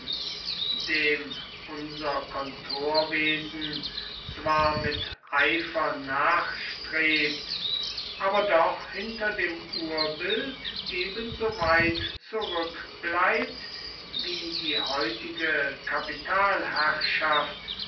dem unser kontorwesen zwar mit eifer nachstrebt aber doch hinter dem urbild ebenso weit zurückbleibt wie die heutige